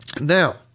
Now